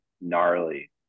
gnarly